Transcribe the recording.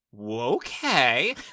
Okay